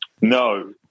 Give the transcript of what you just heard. No